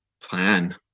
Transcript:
plan